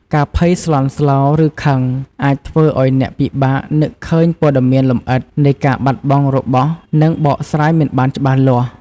ការភ័យស្លន់ស្លោ ឬខឹងអាចធ្វើឲ្យអ្នកពិបាកនឹកឃើញព័ត៌មានលម្អិតនៃការបាត់បង់របស់ និងបកស្រាយមិនបានច្បាស់លាស់។